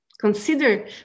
Consider